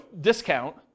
discount